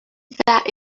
that